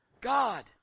God